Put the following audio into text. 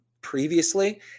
previously